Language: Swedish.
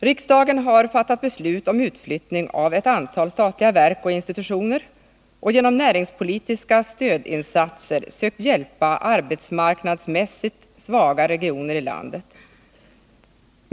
Riksdagen har fattat beslut om utflyttning av ett antal statliga verk och institutioner och genom näringspolitiska stödinsatser sökt hjälpa arbetsmarknadsmässigt svaga regioner i landet.